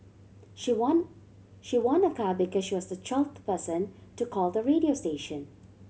she won she won a car because she was the twelfth person to call the radio station